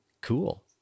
Cool